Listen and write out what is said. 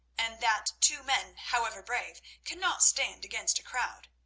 and that two men, however brave, cannot stand against a crowd.